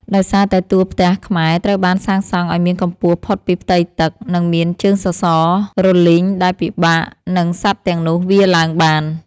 ដោយសារតែតួផ្ទះខ្មែរត្រូវបានសាងសង់ឱ្យមានកម្ពស់ផុតពីផ្ទៃទឹក និងមានជើងសសររលីងដែលពិបាកនឹងសត្វទាំងនោះវារឡើងបាន។